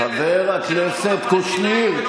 חבר הכנסת קושניר,